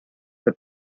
that